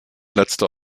letzte